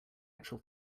actual